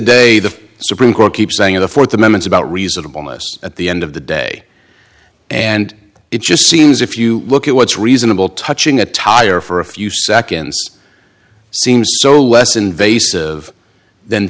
day the supreme court keeps saying in the fourth amendment about reasonableness at the end of the day and it just seems if you look at what's reasonable touching attire for a few seconds seems so less invasive then